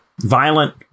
violent